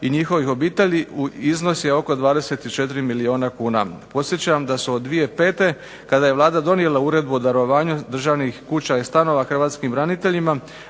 i njihovih obitelji, iznos je oko 24 milijuna kuna. Podsjećam da su od 2005. kada je Vlada donijela uredbu o darovanju državnih kuća i stanova hrvatskim braniteljima